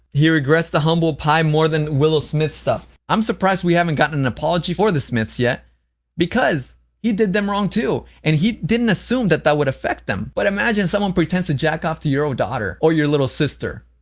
he regrets the humble pie more than willow smith stuff. i'm surprised we haven't gotten an apology for the smiths yet because he did them wrong too and he didn't assume that that would affect them. but imagine someone pretends to jack off to your own daughter or your little sister.